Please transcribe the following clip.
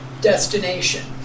destination